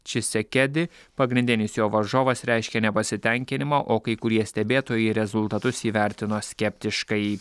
čisekedi pagrindinis jo varžovas reiškė nepasitenkinimą o kai kurie stebėtojai rezultatus įvertino skeptiškai